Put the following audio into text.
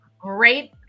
great